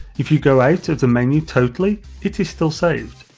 if you go out of the menu totally, it is still saved.